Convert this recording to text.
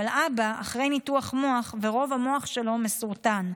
אבל אבא אחרי ניתוח מוח ורוב המוח שלו מסורטן.